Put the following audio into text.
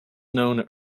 known